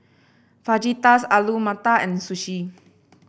Fajitas Alu Matar and Sushi